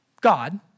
God